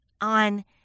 On